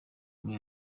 muri